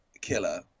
killer